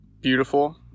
beautiful